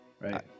Right